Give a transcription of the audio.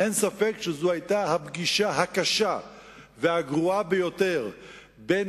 אין ספק שזו היתה הפגישה הקשה והגרועה ביותר בין